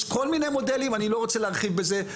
יש כל מיני מודלים, אני לא רוצה להרחיב בזה,